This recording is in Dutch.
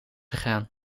gegaan